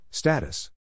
Status